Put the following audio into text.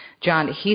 John